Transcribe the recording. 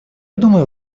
думаю